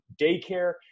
daycare